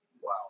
Wow